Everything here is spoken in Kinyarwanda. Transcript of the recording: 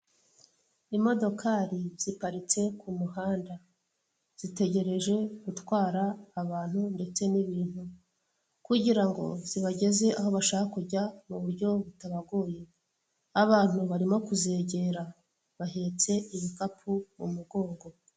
Imodokari ziparitse ku muhanda, zitegereje gutwara abantu ndetse n'ibintu. Kugira ngo zibageze aho bashaka kujya mu buryo butabagoye. Abantu barimo kuzegera bahetse ibikapu mu mugongo.